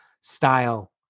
style